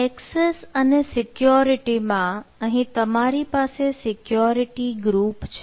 access અને security માં અહીં તમારી પાસે સિક્યોરિટી ગ્રુપ છે